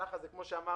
המהלך הזה, כפי שאמר